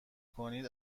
کنید